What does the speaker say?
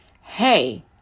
hey